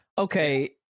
okay